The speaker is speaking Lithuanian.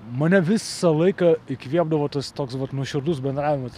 mane visą laiką įkvėpdavo tas toks vat nuoširdus bendravimas